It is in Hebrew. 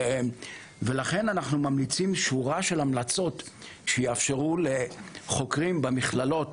לכן אנחנו ממליצים שורה של המלצות שיאפשרו לחוקרים במכללות